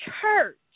church